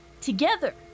together